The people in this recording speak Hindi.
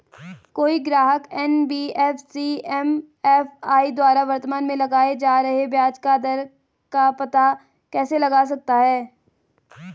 कोई ग्राहक एन.बी.एफ.सी एम.एफ.आई द्वारा वर्तमान में लगाए जा रहे ब्याज दर का पता कैसे लगा सकता है?